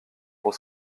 pour